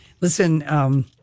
listen